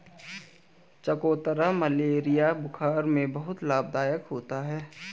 चकोतरा मलेरिया बुखार में बहुत लाभदायक होता है